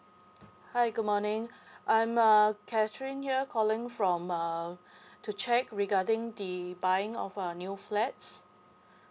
hi good morning I'm uh K A T H E R I N E here calling from uh to check regarding the buying of uh new flats